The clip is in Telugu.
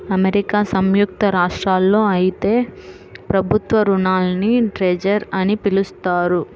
అమెరికా సంయుక్త రాష్ట్రాల్లో అయితే ప్రభుత్వ రుణాల్ని ట్రెజర్ అని పిలుస్తారు